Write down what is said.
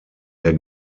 der